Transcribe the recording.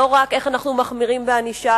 לא רק איך אנחנו מחמירים בענישה.